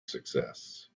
success